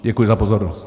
Děkuji za pozornost.